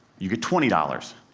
you get twenty dollars.